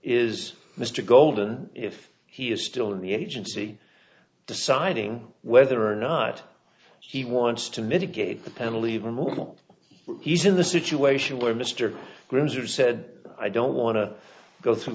is mr golden if he is still in the agency deciding whether or not he wants to mitigate the penalty the moment he's in the situation where mr grams are said i don't want to go through